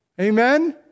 Amen